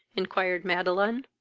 inquired madeline.